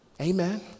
Amen